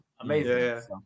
Amazing